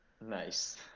Nice